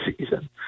season